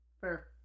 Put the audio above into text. Fair